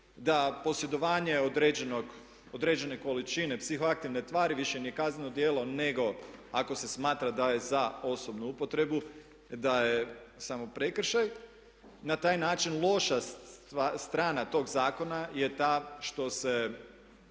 da posjedovanje određene količine psihoaktivne tvari više ni kazneno djelo nego ako se smatra da je za osobnu upotrebu da je samo prekršaj, na taj način loša strana tog zakona je ta što se